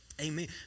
Amen